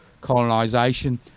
colonisation